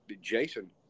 Jason